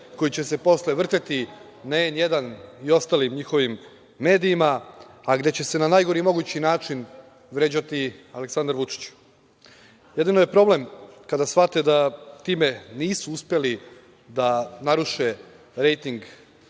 koji će se posle vrteti na „N1“ i ostalim njihovim medijima, a gde će se na najgori mogući način vređati Aleksandar Vučić. Jedino je problem kada shvate da time nisu uspeli da naruše rejting